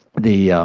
the